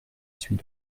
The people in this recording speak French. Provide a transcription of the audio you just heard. suis